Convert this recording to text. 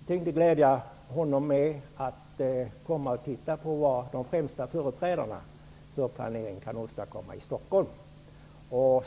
Jag tänkte glädja honom med att han skulle få komma och titta på vad de främsta företrädarna för planering kan åstadkomma i Stockholm.